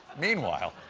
meanwhile,